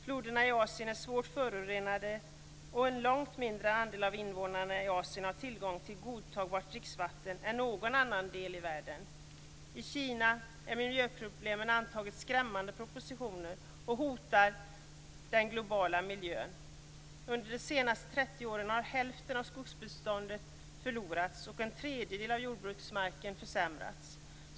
Floderna i Asien är svårt förorenade, och en långt mindre andel av invånarna i Asien har tillgång till godtagbart dricksvatten än någon annan del i världen. I Kina har miljöproblemen antagit skrämmande proportioner och hotar den globala miljön. Under de senaste 30 åren har hälften av skogsbeståndet förlorats, och en tredjedel av jordbruksmarken försämrats.